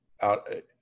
out